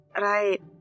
right